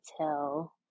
tell